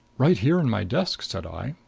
right here in my desk, said i.